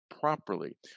properly